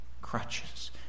crutches